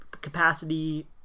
capacity